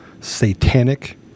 satanic